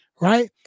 right